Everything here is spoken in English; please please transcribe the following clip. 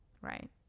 right